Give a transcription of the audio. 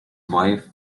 wife